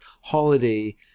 holiday